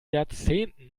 jahrzehnten